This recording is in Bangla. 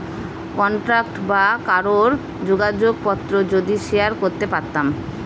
কন্টাক্ট বা কারোর যোগাযোগ পত্র যদি শেয়ার করতে পারতাম